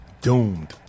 doomed